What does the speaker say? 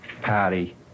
Patty